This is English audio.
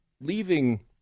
leaving